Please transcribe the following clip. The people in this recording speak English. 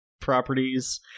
properties